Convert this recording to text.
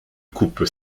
coupe